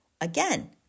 again